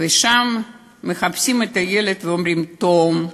ושם מחפשים את הילד ואומרים: "תום,